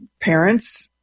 parents